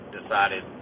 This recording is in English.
decided